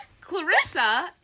Clarissa